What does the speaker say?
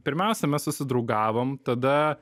pirmiausia mes susidraugavom tada